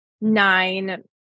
nine